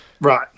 Right